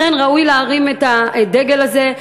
לכן ראוי להרים את הדגל הזה.